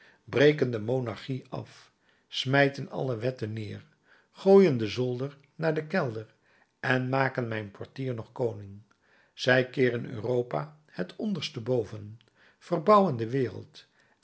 de monarchie af smijten alle wetten neêr gooien den zolder naar den kelder en maken mijn portier nog koning zij keeren europa het onderstboven verbouwen de wereld